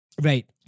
Right